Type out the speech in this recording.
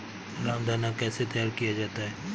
रामदाना कैसे तैयार किया जाता है?